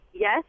Yes